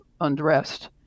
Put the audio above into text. undressed